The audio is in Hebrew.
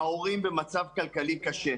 ההורים במצב כלכלי קשה,